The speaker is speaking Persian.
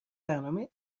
برنامه